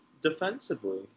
defensively